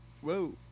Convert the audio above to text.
whoa